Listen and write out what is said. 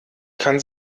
kann